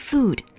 Food